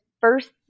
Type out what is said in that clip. first